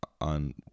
on